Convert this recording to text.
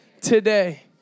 today